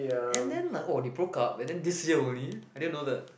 and then like oh they broke up and then this year only I didn't know that